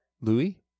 Louis